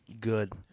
good